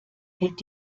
hält